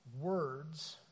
words